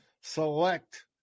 select